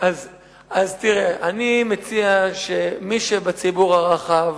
אז תראה, אני מציע שמי שבציבור הרחב